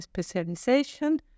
Specialization